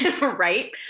Right